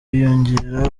byiyongera